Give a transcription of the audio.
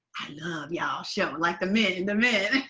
i love y'all show. like the men and the men